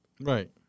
Right